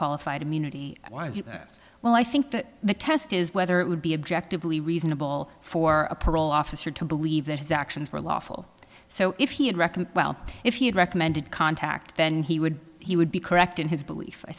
qualified immunity well i think that the test is whether it would be objectively reasonable for a parole officer to believe that his actions were lawful so if he had reckoned well if he had recommended contact then he would he would be correct in his belief i